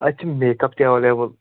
اَسہِ چھِ make up تہِ اٮ۪ویلیبٕل